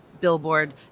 billboard